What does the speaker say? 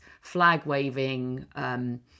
flag-waving